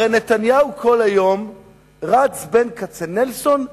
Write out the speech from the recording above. הרי נתניהו כל היום רץ בין כצנלסון לז'בוטינסקי,